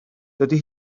dydy